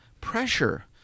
pressure